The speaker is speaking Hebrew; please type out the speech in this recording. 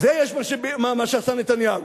זה מה שעשה נתניהו.